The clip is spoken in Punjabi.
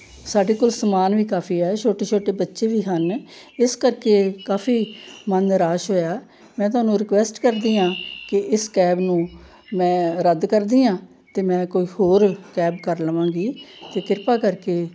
ਸਾਡੇ ਕੋਲ ਸਮਾਨ ਵੀ ਕਾਫੀ ਹੈ ਛੋਟੇ ਛੋਟੇ ਬੱਚੇ ਵੀ ਹਨ ਇਸ ਕਰਕੇ ਕਾਫੀ ਮਨ ਨਿਰਾਸ਼ ਹੋਇਆ ਮੈਂ ਤੁਹਾਨੂੰ ਰਿਕੁਐਸਟ ਕਰਦੀ ਹਾਂ ਕਿ ਇਸ ਕੈਬ ਨੂੰ ਮੈਂ ਰੱਦ ਕਰਦੀ ਹਾਂ ਅਤੇ ਮੈਂ ਕੋਈ ਹੋਰ ਕੈਬ ਕਰ ਲਵਾਂਗੀ ਅਤੇ ਕਿਰਪਾ ਕਰਕੇ